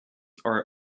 are